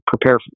prepare